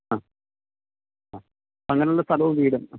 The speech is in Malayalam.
ആ അ അങ്ങനെയുള്ള സ്ഥലവും വീടും